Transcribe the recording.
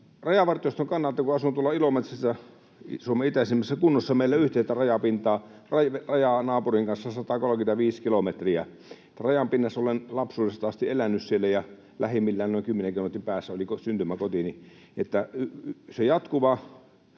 Rajavartioston kannalta: Asun Ilomantsissa, Suomen itäisimmässä kunnassa, meillä on yhteistä rajaa naapurin kanssa 135 kilometriä. Rajan pinnassa olen lapsuudesta asti elänyt, ja lähimmillään noin 10 kilometrin päässä oli syntymäkotini. Se jatkuva